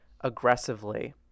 aggressively